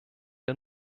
der